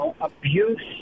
abuse